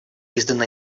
издана